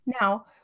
Now